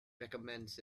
recommends